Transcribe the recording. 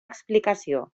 explicació